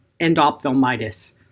endophthalmitis